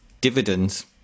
dividends